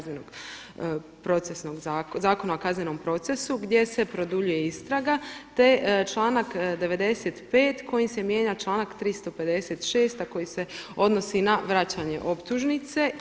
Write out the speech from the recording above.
Zakona o kaznenom procesu gdje se produljuje istraga, te članak 95. kojim se mijenja članak 356. a koji se odnosi na vračanje optužnice.